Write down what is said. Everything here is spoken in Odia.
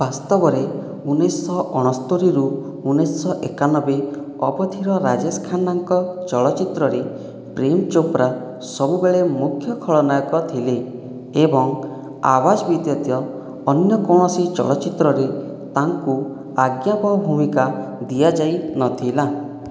ବାସ୍ତବରେ ଉଣେଇଶହ ଅଣସ୍ତୋରିରୁ ଉଣେଇଶହ ଏକାନବେ ଅବଧିର ରାଜେଶ ଖାନ୍ନାଙ୍କ ଚଳଚ୍ଚିତ୍ରରେ ପ୍ରେମ୍ ଚୋପ୍ରା ସବୁବେଳେ ମୁଖ୍ୟ ଖଳନାୟକ ଥିଲେ ଏବଂ ଆୱାଜ ବ୍ୟତୀତ ଅନ୍ୟ କୌଣସି ଚଳଚ୍ଚିତ୍ରରେ ତାଙ୍କୁ ଆଜ୍ଞାବହ ଭୂମିକା ଦିଆଯାଇ ନଥିଲା